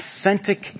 authentic